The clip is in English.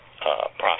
process